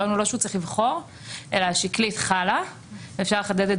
זה לא שהוא צריך לבחור אלא השקלית חלה - ואפשר לחדד את